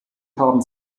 haben